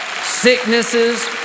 sicknesses